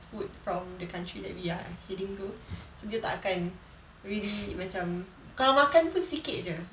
food from the country that we are heading to so dia tak akan really macam kalau makan pun sikit aje